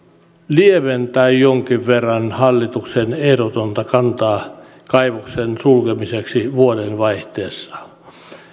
lieventää jonkin verran hallituksen ehdotonta kantaa kaivoksen sulkemisesta vuodenvaihteessa